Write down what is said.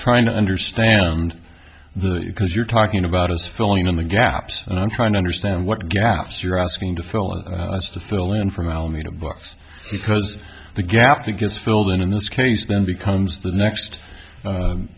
trying to understand the because you're talking about is filling in the gaps and i'm trying to understand what gaps you're asking to fill in to fill in from alameda books because the gap to get filled in in this case then becomes the next